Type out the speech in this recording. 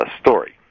story